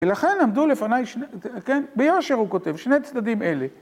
ולכן עמדו לפניי, כן? ביושר הוא כותב, שני צדדים אלה.